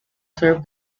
served